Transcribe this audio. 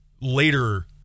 later